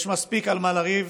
יש מספיק על מה לריב,